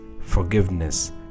forgiveness